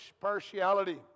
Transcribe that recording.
partiality